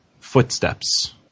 footsteps